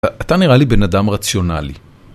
אתה נראה לי בן אדם רציונלי.